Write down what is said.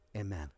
Amen